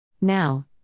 Now